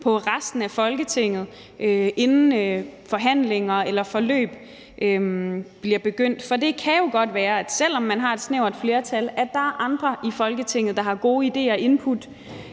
på resten af Folketinget, inden forhandlinger eller forløb bliver begyndt. For det kan jo godt være, at der, selv om man har et snævert flertal, er andre i Folketinget, der har gode idéer, input